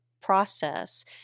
process